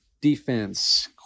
Defense